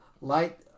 light